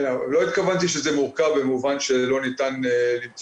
לא התכוונתי שזה מורכב במובן שלא ניתן למצוא